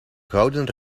gouden